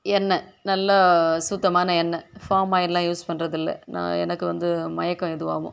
எண்ணெய் நல்லா சுத்தமான எண்ணெய் ஃபாமாயில்லாம் யூஸ் பண்ணுறதில்ல நான் எனக்கு வந்து மயக்கம் இதுவாகும்